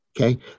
Okay